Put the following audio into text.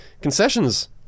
concessions